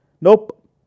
nope